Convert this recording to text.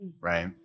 right